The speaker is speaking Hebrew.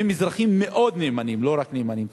והם אזרחים מאוד נאמנים, לא רק נאמנים.